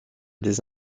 des